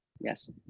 yes